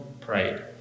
prayed